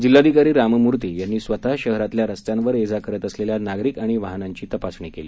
जिल्हाधिकारी रामामूर्ती यांनी स्वतः शहरातल्या रस्त्यांवर ये जा करत असलेल्या नागरिक आणि वाहनांची तपासणी केली